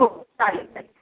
हो चालेल चालेल